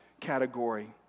category